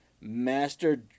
master